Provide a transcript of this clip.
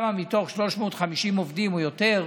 מתוך 350 עובדים או יותר,